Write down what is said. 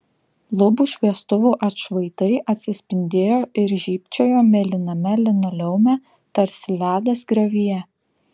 lubų šviestuvų atšvaitai atsispindėjo ir žybčiojo mėlyname linoleume tarsi ledas griovyje